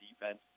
defense